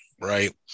right